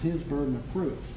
his burden of proof